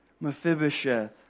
Mephibosheth